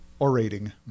orating